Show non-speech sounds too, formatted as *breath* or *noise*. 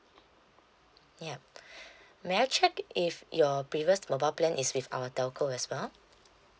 yup *breath* may I check if your previous mobile plan is with our telco as well